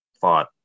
thought